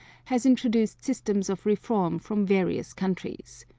has introduced systems of reform from various countries.